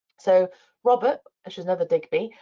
so robert, which is another digby,